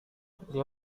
dia